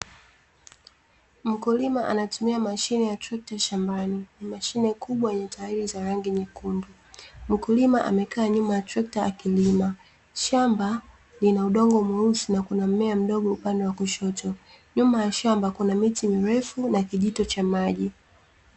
Mkulima anatumia mashine ya trekta shambani, ni mashine kubwa yenye tairi za rangi nyekundu, mkulima amekaa nyuma ya trekta akilima. Shamba lina udongo mweusi na kuna mmea mdogo upande wa kushoto. Nyuma ya shamba kuna miti mirefu, na kijito cha maji.